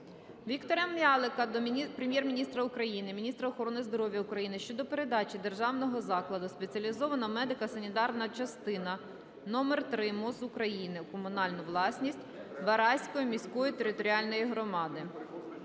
Віктора М'ялика до Прем'єр-міністра України, міністра охорони здоров'я України щодо передачі Державного закладу "Спеціалізована медико-санітарна частина №3 МОЗ України" у комунальну власність Вараської міської територіальної громади.